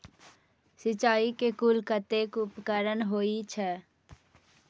सिंचाई के कुल कतेक उपकरण होई छै?